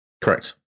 correct